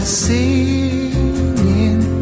singing